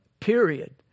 Period